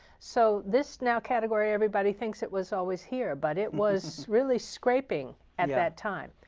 so this now category everybody thinks it was always here, but it was really scraping at that time.